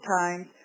times